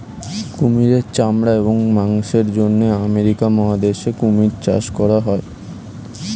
কুমিরের চামড়া এবং মাংসের জন্য আমেরিকা মহাদেশে কুমির চাষ করা হয়